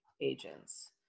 agents